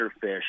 fish